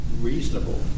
reasonable